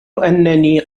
أنني